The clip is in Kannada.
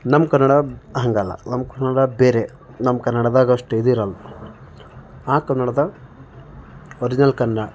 ನಮ್ಮ ಕನ್ನಡ ಹಾಗಲ್ಲ ನಮ್ಮ ಕನ್ನಡ ಬೇರೆ ನಮ್ಮ ಕನ್ನಡದಾಗ ಅಷ್ಟು ಇದಿರಲ್ಲ ಆ ಕನ್ನಡದ ಒರಿಜಿನಲ್ ಕನ್ನ